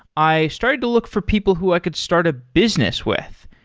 i started to look for people who i could start a business with.